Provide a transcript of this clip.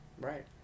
Right